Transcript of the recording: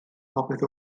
popeth